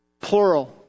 Plural